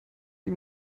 ihm